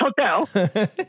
hotel